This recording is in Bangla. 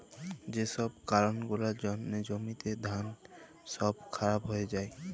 যে ছব কারল গুলার জ্যনহে জ্যমিতে ধাল ছব খারাপ হঁয়ে যায়